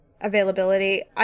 availability